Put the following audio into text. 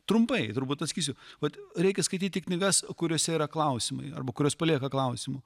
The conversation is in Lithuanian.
trumpai turbūt pasakysiu vat reikia skaityti knygas kuriose yra klausimai arba kurios palieka klausimų